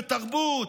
בתרבות,